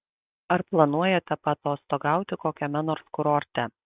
ar planuojate paatostogauti kokiame nors kurorte